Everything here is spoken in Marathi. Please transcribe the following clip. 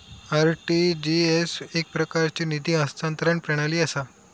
आर.टी.जी.एस एकप्रकारची निधी हस्तांतरण प्रणाली असा